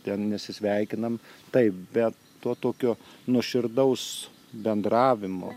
ten nesisveikinam taip bet to tokio nuoširdaus bendravimo